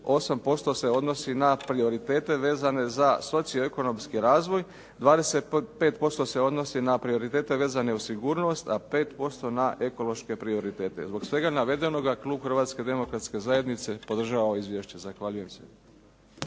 58% se odnosi na prioritete vezane za socioekonomski razvoj, 25% se odnosi na prioritete vezane uz sigurnost a 5% na ekološke prioritete. Zbog svega navedenoga klub Hrvatske demokratske zajednice podržava ovo izvješće. Zahvaljujem se.